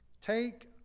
Take